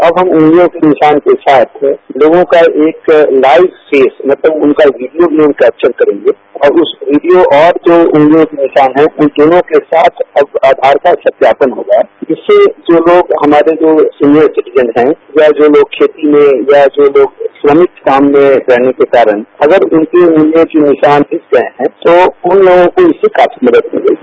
अब हम उंग्रलियों के निशान के साथ लोगों का एक लाइव फेस मतलब उनका वीडियो भी हम कैप्चर करेंगे और उस वीडियो और जो उंगलियों के निशान हैं उन दोनों के साथ अब आधार का सत्यापन होगा जिससे जो लोग हमारे जो सीनियर सिटिजन हैं या जो लोग खेती में या जो लोग श्रमिक काम में रहने के कारण अगर उनकी उंगलियों के निशान मिट गये हैं तो उन लोगों को इससे काफी मदद मिलेगी